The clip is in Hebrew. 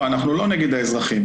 אני חושב שכמפקד לשעבר במשטרת ערד,